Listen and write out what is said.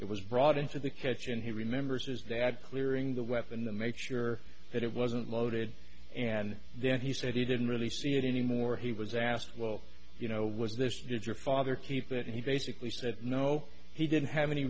it was brought into the kitchen he remembers his dad clearing the weapon in the make sure that it wasn't loaded and then he said he didn't really see it anymore he was asked well you know was this did your father keep it and he basically said no he didn't have any